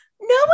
no